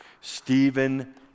Stephen